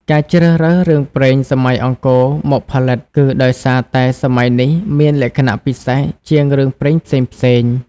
ការជ្រើសរើសរឿងព្រេងសម័យអង្គរមកផលិត គឺដោយសារតែសម័យនេះមានលក្ខណៈពិសេសជាងរឿងព្រេងផ្សេងៗ។